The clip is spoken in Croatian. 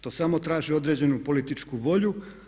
To samo traži određenu političku volju.